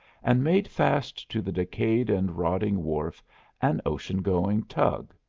and made fast to the decayed and rotting wharf an ocean-going tug.